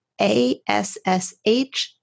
ASSH